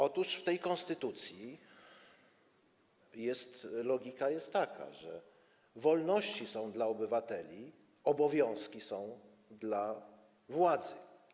Otóż w tej konstytucji logika jest taka, że wolności są dla obywateli, obowiązki są dla władzy.